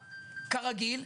כרגיל,